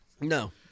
No